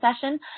session